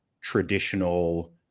traditional